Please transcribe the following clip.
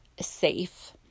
safe